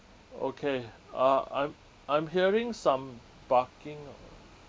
okay uh I'm I'm hearing some barking or